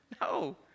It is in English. No